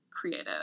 creative